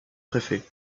préfet